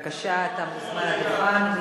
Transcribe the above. בבקשה, אתה מוזמן לדוכן.